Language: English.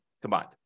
combined